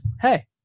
hey